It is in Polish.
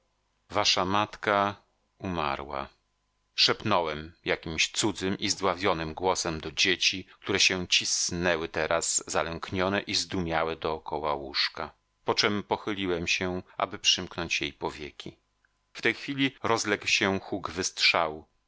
wasza matka umarła szepnąłem jakimś cudzym i zdławionym głosem do dzieci które się cisnęły teraz zalęknione i zdumiałe dokoła łóżka poczem pochyliłem się aby przymknąć jej powieki w tej chwili rozległ się huk wystrzału